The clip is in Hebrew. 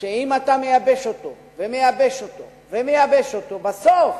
אם אתה מייבש אותו ומייבש אותו, בסוף